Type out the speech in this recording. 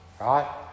Right